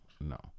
no